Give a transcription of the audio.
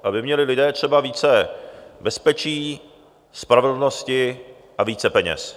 Aby měli lidé třeba více bezpečí, spravedlnosti a více peněz.